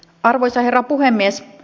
arvoisa herra puhemies